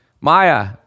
Maya